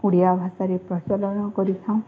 ଓଡ଼ିଆ ଭାଷାରେ ପ୍ରଚଳନ କରିଥାଉ